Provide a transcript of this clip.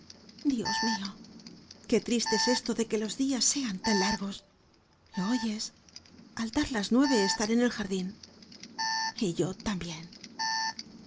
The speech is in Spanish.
dios mio qué triste es esto de que los dias sean tan largos lo oyes al dar las nueve estaré en el jardin y yo tambien